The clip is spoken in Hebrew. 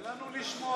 תן לנו לשמוע,